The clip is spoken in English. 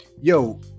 yo